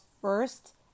first